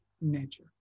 nature